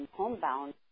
homebound